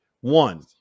One